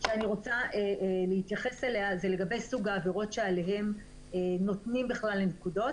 שאני רוצה להתייחס אליה זה לגבי סוגי העבירות שעליהן נותנים נקודות.